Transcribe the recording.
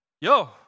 Yo